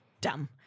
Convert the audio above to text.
Dumb